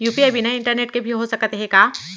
UPI बिना internet के भी हो सकत हे का?